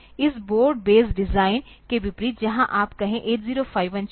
इस board base design के विपरीत जहां आप कहे 8051 चिप